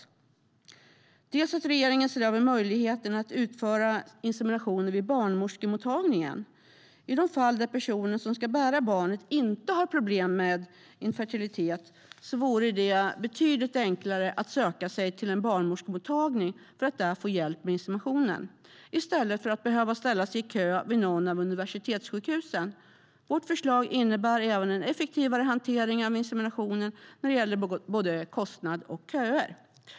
Vi vill också att regeringen ser över möjligheten att utföra insemination vid barnmorskemottagningar. I de fall där personen som ska bära barnet inte har problem med infertilitet vore det betydligt enklare att söka sig till en barnmorskemottagning för att där få hjälp med inseminationen än att behöva ställa sig i kö vid något av universitetssjukhusen. Vårt förslag innebär även en effektivare hantering av inseminationen när det gäller både kostnad och köer.